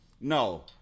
No